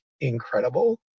incredible